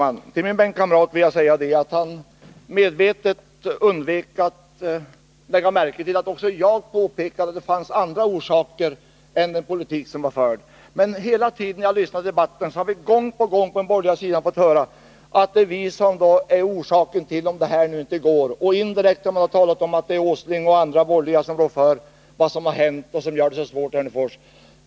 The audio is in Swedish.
Herr talman! Till min bänkkamrat Arne Nygren vill jag säga att han tycktes medvetet undvika att lägga märke till att också jag påpekade att det fanns andra orsaker till svårigheterna än den politik som har förts. Men under hela tiden har vi på den borgerliga sidan fått höra i debatten att det är på oss det beror om det här nu inte går, och indirekt har man sagt att det är Nils Åsling och andra borgerliga politiker som rår för vad som har hänt och som gör det svårt för Hörnefors.